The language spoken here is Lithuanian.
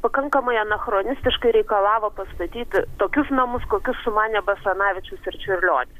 pakankamai anachronistiškai reikalavo pastatyti tokius namus kokius sumanė basanavičius ir čiurlionis